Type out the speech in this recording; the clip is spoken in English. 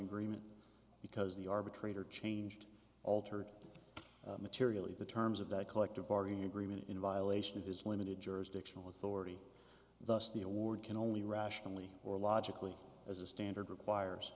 agreement because the arbitrator changed altered materially the terms of the collective bargaining agreement in violation of his limited jurisdictional authority thus the award can only rationally or logically as a standard requires